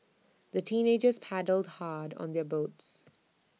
the teenagers paddled hard on their boats